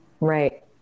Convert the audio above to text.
Right